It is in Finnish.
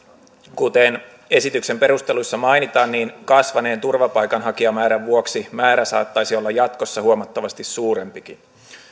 kuten esityksen perusteluissa mainitaan kasvaneen turvapaikanhakijamäärän vuoksi määrä saattaisi olla jatkossa huomattavasti suurempikin